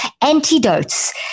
antidotes